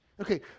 Okay